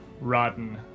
rotten